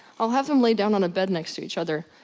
i'll have them lay down on a bed next to each other,